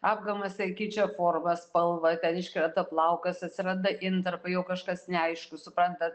apgamas ar keičia formą spalvą ten iškrenta plaukas atsiranda intarpai jau kažkas neaišku suprantat